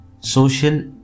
social